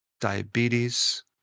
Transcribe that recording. diabetes